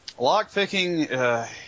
Lockpicking